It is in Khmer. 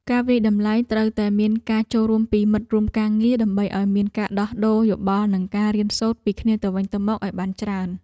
ការវាយតម្លៃត្រូវតែមានការចូលរួមពីមិត្តរួមការងារដើម្បីឱ្យមានការដោះដូរយោបល់និងការរៀនសូត្រពីគ្នាទៅវិញទៅមកឱ្យបានច្រើន។